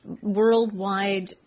worldwide